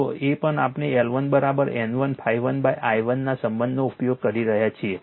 તો એ જ આપણે L1 N1 ∅1 i1 ના સંબંધનો ઉપયોગ કરી રહ્યા છીએ